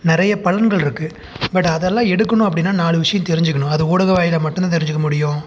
நிறைய பலன்கள் இருக்குது பட் அதெல்லாம் எடுக்கணும் அப்படின்னா நாலு விஷயம் தெரிஞ்சுக்கணும் அது ஊடக வாயிலாக மட்டும் தான் தெரிஞ்சுக்க முடியும்